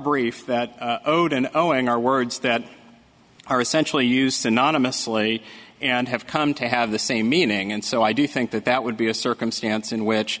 brief that odin knowing our words that are essentially used anonymously and have come to have the same meaning and so i do think that that would be a circumstance in which